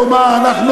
אל תסתתר מאחורי זה.